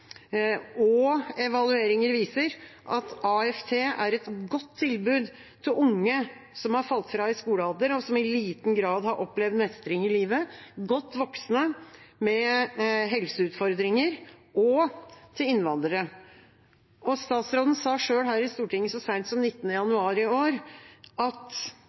og evalueringer viser – at AFT er et godt tilbud til unge som har falt fra i skolealder, og som i liten grad har opplevd mestring i livet, til godt voksne med helseutfordringer og til innvandrere. Statsråden sa selv her i Stortinget så sent som 19. januar i år: